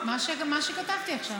מה שכתבתי עכשיו,